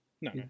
No